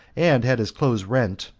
and had his clothes rent,